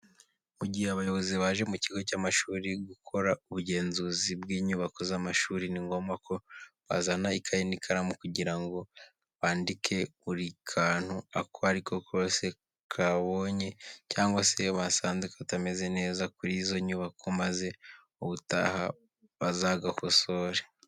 Mu gihe abayobozi baje mu kigo cy'amashuri gukora ubugenzuzi bw'inyubako z'amashuri, ni ngombwa ko bazana ikayi n'ikaramu kugira ngo bandike buri kantu ako ari ko kose kabonye cyangwa se basanze katameze neza kuri izo nyubako maze ubutaha bazagakosore.